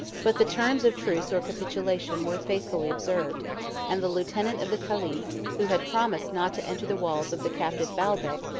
but the terms of truce or capitulation were faithfully observed and the lieutenant of the caliph, who had promised not to enter the walls of the captive baalbec,